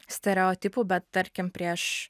stereotipų bet tarkim prieš